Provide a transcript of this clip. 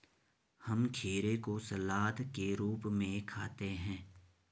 हम खीरे को सलाद के रूप में खाते हैं